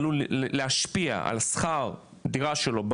שהדבר הזה עלול להשפיע על שכר דירה שלו,